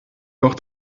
doch